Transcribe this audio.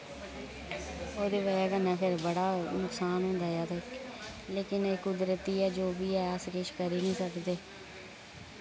ओह्दी बजह कन्नै फिर बड़ा नुकसान होंदा ऐ ते लेकिन एह् कुदरती ऐ जो वी ऐ अस किश करी निं सकदे